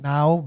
Now